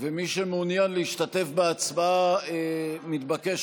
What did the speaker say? ומי שמעוניין להשתתף בהצבעה מתבקש